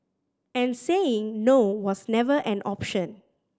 and saying no was never an option